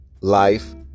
life